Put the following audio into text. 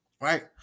right